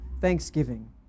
thanksgiving